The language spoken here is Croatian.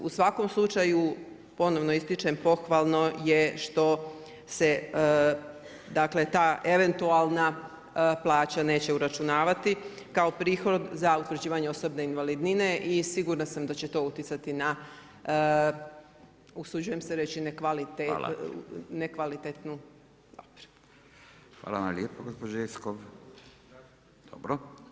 U svakom slučaju ponovno ističem, pohvalno je što se ta eventualna plaća neće uračunavati kao prihod za utvrđivanje osobne invalidnine i sigurna sam da će to utjecati na usuđujem se reći na nekvalitetnu [[Upadica Radin: Hvala.]] Dobro.